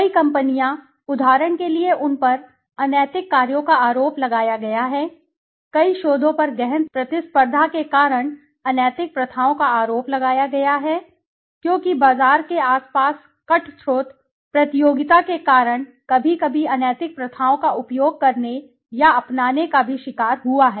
कई कंपनियों उदाहरण के लिए उन पर अनैतिक कार्यों का आरोप लगाया गया है कई शोधों पर गहन प्रतिस्पर्धा के कारण अनैतिक प्रथाओं का आरोप लगाया गया है क्योंकि बाजार के आसपास कटथ्रोट प्रतियोगिता के कारण कभी कभी अनैतिक प्रथाओं का उपयोग करने या अपनाने का भी शिकार हुआ है